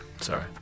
Sorry